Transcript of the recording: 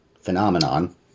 phenomenon